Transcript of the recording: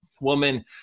woman